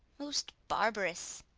most barbarous,